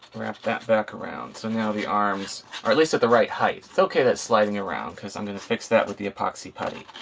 wrap that back around. so now the arms are at least at the right height. it's okay that it's sliding around because i'm going to fix that with the epoxy putty.